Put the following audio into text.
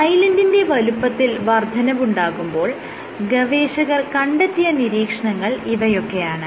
ഐലൻഡിന്റെ വലുപ്പത്തിൽ വർദ്ധനവുണ്ടാകുമ്പോൾ ഗവേഷകർ കണ്ടെത്തിയ നിരീക്ഷണങ്ങൾ ഇവയൊക്കെയാണ്